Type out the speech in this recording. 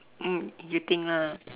mm you think lah